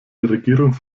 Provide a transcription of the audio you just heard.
regierung